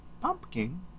pumpkin